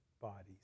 bodies